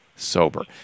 Sober